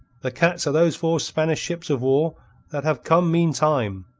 the cats are those four spanish ships of war that have come meantime.